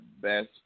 best